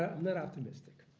i'm not optimistic.